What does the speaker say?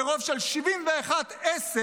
ברוב של 71 10,